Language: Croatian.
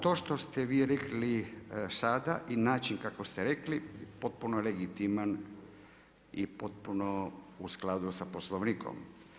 To što ste vi rekli, sada i način kako ste rekli, potpuno je legitiman i potpuno u skladu sa Poslovnikom.